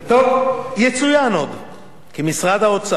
כי משרד האוצר התחייב בפני הוועדה,